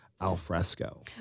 Alfresco